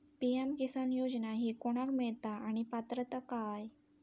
PM Kisan योजना ही कोणाक मिळता आणि पात्रता काय?